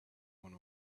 one